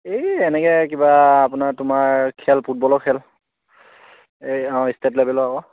এই এনেকৈ কিবা আপোনাৰ তোমাৰ খেল ফুটবলৰ খেল এই অ' ষ্টেট লেবেলৰ আকৌ